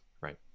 right